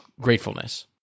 gratefulness